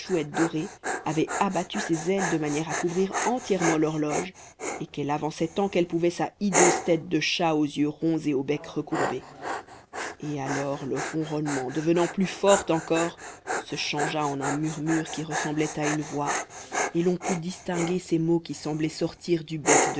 dorée avait abattu ses ailes de manière à couvrir entièrement l'horloge et qu'elle avançait tant qu'elle pouvait sa hideuse tête de chat aux yeux ronds et au bec recourbé et alors le ronronnement devenant plus fort encore se changea en un murmure qui ressemblait à une voix et l'on put distinguer ces mots qui semblaient sortir du bec